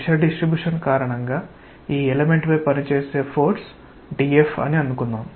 pressure distribution కారణంగా ఈ element పై పనిచేసే ఫోర్స్ dF అని అనుకుందాం